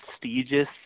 prestigious